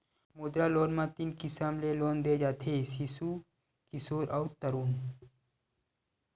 मुद्रा लोन म तीन किसम ले लोन दे जाथे सिसु, किसोर अउ तरून